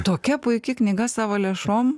tokia puiki knyga savo lėšom